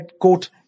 quote